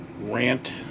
rant